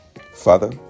Father